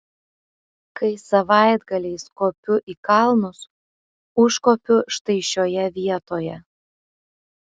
kai savaitgaliais kopiu į kalnus užkopiu štai šioje vietoje